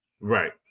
Right